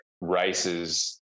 races